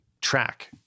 track